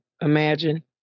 imagine